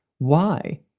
why?